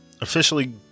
officially